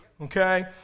Okay